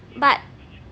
but